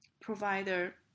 provider